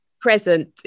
present